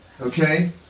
okay